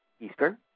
Eastern